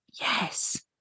yes